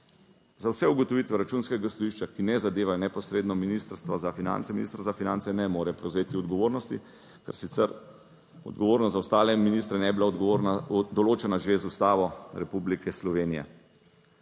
Za vse ugotovitve Računskega sodišča, ki ne zadevajo neposredno Ministrstva za finance, minister za finance ne more prevzeti odgovornosti, ker sicer odgovornost za ostale ministre ne bi bila določena že z Ustavo Republike Slovenije.